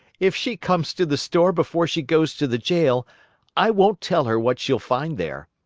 if she comes to the store before she goes to the jail i won't tell her what she'll find there,